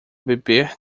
beber